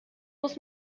muss